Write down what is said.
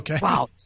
Wow